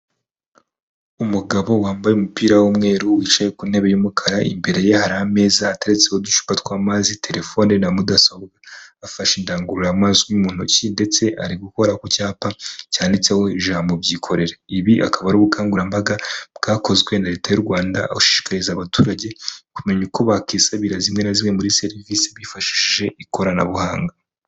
Umugabo wambaye umupira w'umweru wicaye ku ntebe y'umukara, imbere ye hari ameza ateretseho uducupa tw'amazi, telefone na mudasobwa, afashe indangururamajwi mu ntoki ndetse ari gukora ku cyapa cyanditseho ijambo byikorera, ibi akaba ari ubukangurambaga bwakozwe na leta y'u Rwanda aho ishishikariza abaturage kumenya uko bakwisabira zimwe na zimwe muri serivisi bifashishije ikoranabuhanga.